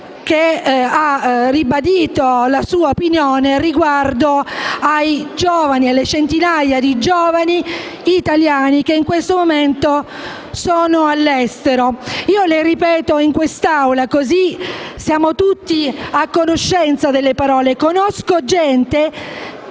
che ha ribadito la sua opinione riguardo ai giovani, alle centinaia di giovani italiani che in questo momento sono all'estero. Io le ripeto in quest'Aula, così siamo tutti a conoscenza di tali parole: «Conosco gente